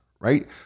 Right